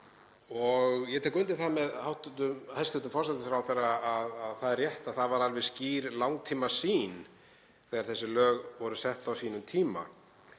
Ég tek undir það með hæstv. forsætisráðherra að það er rétt að það var alveg skýr langtímasýn þegar þessi lög voru sett á sínum tíma